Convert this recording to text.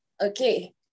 Okay